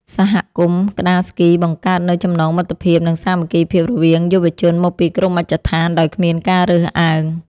សហគមន៍ក្ដារស្គីបង្កើតនូវចំណងមិត្តភាព និងសាមគ្គីភាពរវាងយុវជនមកពីគ្រប់មជ្ឈដ្ឋានដោយគ្មានការរើសអើង។